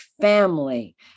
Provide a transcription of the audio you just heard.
family